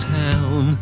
town